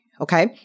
Okay